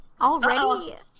Already